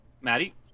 Maddie